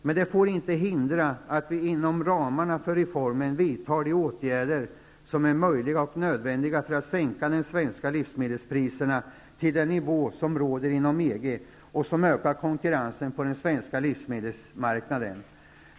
Men det får inte hindra att vi inom ramarna för reformen vidtar de åtgärder som är möjliga och nödvändiga för att sänka de svenska livsmedelspriserna till den nivå som råder inom EG och som ökar konkurrensen på den svenska livsmedelsmarknaden.